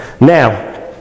now